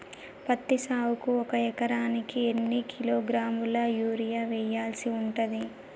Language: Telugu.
పత్తి సాగుకు ఒక ఎకరానికి ఎన్ని కిలోగ్రాముల యూరియా వెయ్యాల్సి ఉంటది?